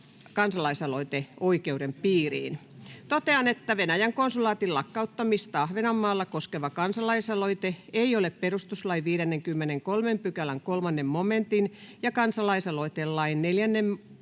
Totean, että Venäjän konsulaatin lakkauttamista Ahvenanmaalla koskeva kansalaisaloite ei ole perustuslain 53 §:n 3 momentin ja kansalaisaloitelain 4 §:n 1 momentin